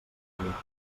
utilitzi